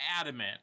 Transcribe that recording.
adamant